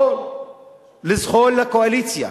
או לזחול לקואליציה,